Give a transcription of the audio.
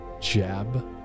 jab